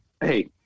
Hey